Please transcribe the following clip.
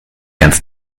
ganz